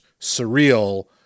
surreal